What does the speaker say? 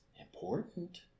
important